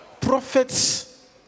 prophets